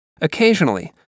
Occasionally